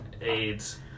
AIDS